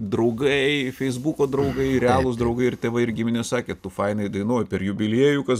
draugai feisbuko draugai realūs draugai ir tėvai ir giminės sakė tu fainai dainoji per jubiliejų kas